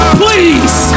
please